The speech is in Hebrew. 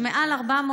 שמעל 400